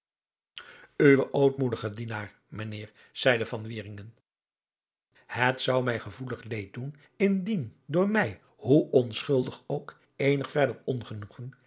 uwe ootmoedige dienaar mijnheer zeide van wieringen het zou mij gevoelig leed doen indien door mij hoe onschuldig ook eenig verder ongenoegen